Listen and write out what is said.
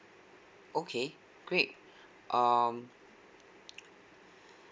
okay great um